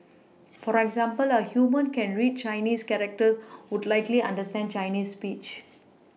for example a human who can read Chinese characters would likely understand Chinese speech